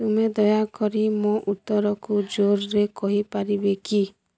ତୁମେ ଦୟାକରି ମୋ ଉତ୍ତରକୁ ଜୋରରେ କହିପାରିବେ କି